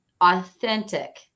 authentic